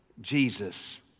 Jesus